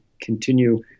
continue